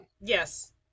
Yes